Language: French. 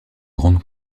grande